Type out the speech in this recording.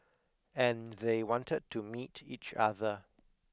and they wanted to meet each other